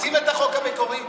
רוצים את החוק המקורי,